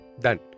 done